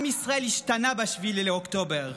עם ישראל השתנה ב-7 באוקטובר,